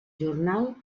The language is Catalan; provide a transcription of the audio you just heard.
jornal